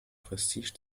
prestige